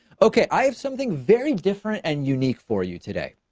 okay. i have something very different and unique for you today.